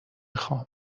خوام